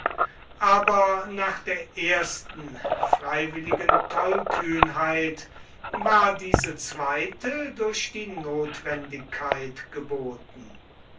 aber nach der ersten freiwilligen tollkühnheit war diese zweite durch die notwendigkeit geboten